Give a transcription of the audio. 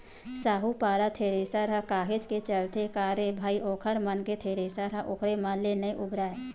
साहूपारा थेरेसर ह काहेच के चलथे का रे भई ओखर मन के थेरेसर ह ओखरे मन ले नइ उबरय